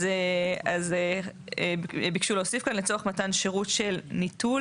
אז ביקשו להוסיף כאן "לצורך מתן שירות של ניטול